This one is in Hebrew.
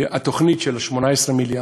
התוכנית של 18 מיליארד,